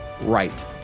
right